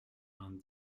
vingt